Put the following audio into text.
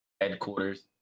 headquarters